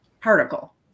particle